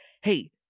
Hey